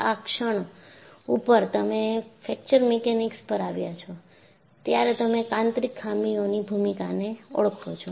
આ ક્ષણ ઉપરતમે ફ્રેક્ચર મિકેનિક્સ પર આવ્યા છો ત્યારે તમે આંતરિક ખામીઓની ભૂમિકાને ઓળખો છો